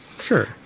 Sure